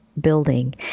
building